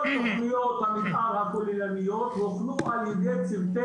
כל תכניות המתאר הכוללניות הוכנו על ידי צוותי